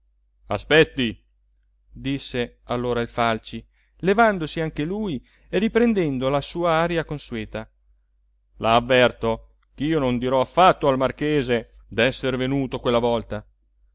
aspetti disse allora il falci levandosi anche lui e riprendendo la sua aria consueta la avverto ch'io non dirò affatto al marchese d'essere venuto quella volta